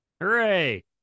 Hooray